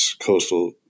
coastal